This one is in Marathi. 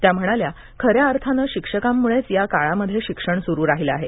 त्या म्हणाल्या खऱ्या अर्थाने शिक्षकांमुळेच या काळामध्ये शिक्षण सुरु राहिले आहे